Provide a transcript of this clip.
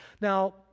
Now